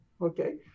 Okay